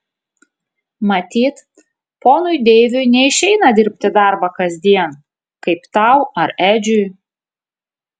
matyt ponui deiviui neišeina dirbti darbą kasdien kaip tau ar edžiui